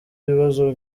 ibibazo